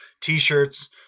t-shirts